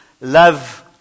love